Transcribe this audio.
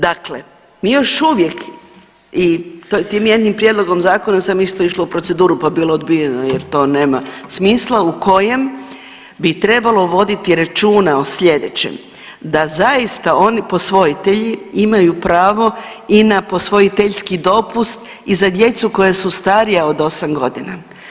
Dakle mi još uvijek i tim jednim prijedlogom zakona sam isto išla u proceduru pa je bilo odbijeno jer to nema smisla, u kojem bi trebalo voditi računa o sljedećem, da zaista posvojitelji imaju pravo i na postojiteljski dopust i za djecu koja su starija od 8 godina.